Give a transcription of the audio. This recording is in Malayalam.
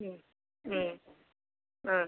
ഉം ഉം ആ